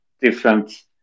different